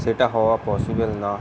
সেটা হওয়া পসিবেল না